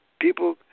people